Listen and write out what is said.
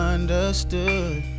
Understood